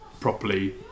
properly